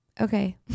okay